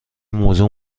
موضوع